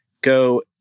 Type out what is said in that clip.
go